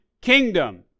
kingdom